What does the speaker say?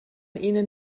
ihnen